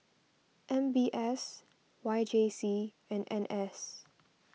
M B S Y J C and N S